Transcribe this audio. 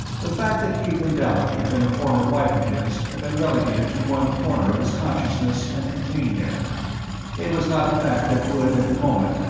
the fact that hadron dalla had been a former wife of his had been relegated to one corner of his consciousness and contained there it was not a fact that would, at the moment,